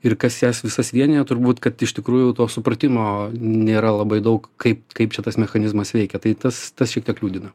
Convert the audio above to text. ir kas jas visas vienija turbūt kad iš tikrųjų to supratimo nėra labai daug kaip kaip čia tas mechanizmas veikia tai tas tas šiek tiek liūdina